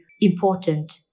important